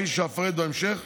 כפי שאפרט בהמשך,